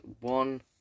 one